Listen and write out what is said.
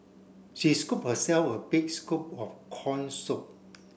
she scooped herself a big scoop of corn soup